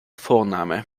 vorname